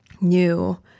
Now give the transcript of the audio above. new